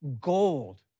gold